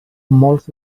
molts